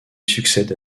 succède